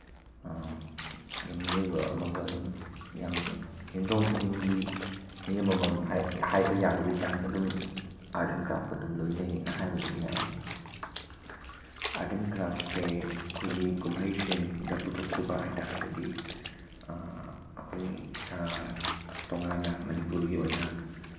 ꯑꯗꯨꯝ ꯃꯤꯑꯣꯏꯕ ꯑꯃꯒ ꯑꯗꯨꯝ ꯌꯥꯝ ꯌꯨꯝꯊꯣꯡ ꯈꯨꯗꯤꯡꯒꯤ ꯃꯤ ꯑꯃꯃꯝ ꯍꯥꯏꯕ ꯌꯥꯕꯒꯤ ꯆꯥꯡ ꯑꯗꯨꯝ ꯑꯥꯔꯠ ꯑꯦꯟ ꯀ꯭ꯔꯥꯐꯀ ꯑꯗꯨꯝ ꯂꯣꯏꯅꯩꯅ ꯍꯥꯏꯕ ꯑꯗꯨꯝ ꯌꯥꯏ ꯑꯥꯔꯠ ꯑꯦꯟ ꯀ꯭ꯔꯥꯐꯁꯦ ꯑꯩꯈꯣꯏꯒꯤ ꯀꯨꯝꯍꯩꯁꯤꯡꯗ ꯄꯨꯊꯣꯛꯈꯤꯕ ꯍꯥꯏ ꯇꯥꯔꯒꯗꯤ ꯑꯩꯈꯣꯏ ꯇꯣꯉꯥꯟꯅ ꯃꯅꯤꯄꯨꯔꯒꯤ ꯑꯣꯏꯅ